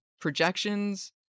projections